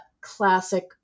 classic